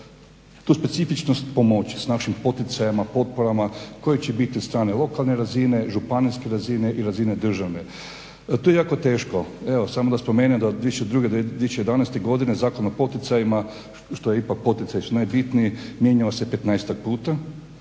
tu specifičnost pomoći s našim poticajima, potporama koje će biti od strane lokalne razine, županijske razine i razine državne. To je jako teško. Evo samo da spomenem da od 2002. do 2011. godine Zakon o poticajima, što je ipak poticaj, poticaji su najbitniji, mijenjao se petnaestak